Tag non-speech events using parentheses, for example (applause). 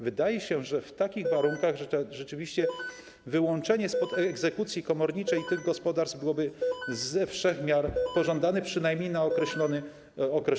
Wydaje się, że w takich warunkach (noise) rzeczywiście wyłączenie spod egzekucji komorniczej tych gospodarstw byłoby ze wszech miar pożądane, przynajmniej na określony okres.